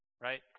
right